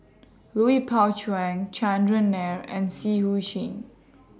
Lui Pao Chuen Chandran Nair and Seah EU Chin